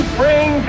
bring